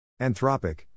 Anthropic